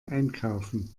einkaufen